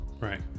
Right